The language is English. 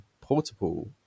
Portable